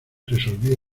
resolví